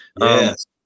yes